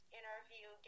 interview